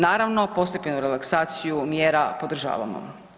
Naravno, postepenu relaksaciju mjera podržavamo.